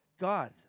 God